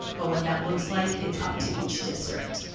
but what that looks like, it's up to each district.